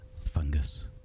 Fungus